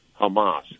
Hamas